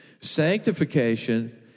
Sanctification